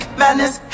madness